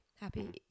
Happy